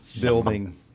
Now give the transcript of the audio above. building